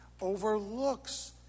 overlooks